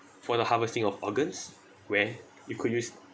for the harvesting of organs where you could use